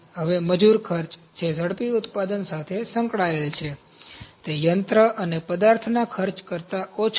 હવે મજૂર ખર્ચ જે ઝડપી ઉત્પાદન સાથે સંકળાયેલ છે તે યંત્ર અને પદાર્થના ખર્ચ કરતાં ઓછા છે